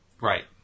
Right